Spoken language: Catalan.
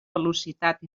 velocitat